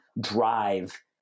drive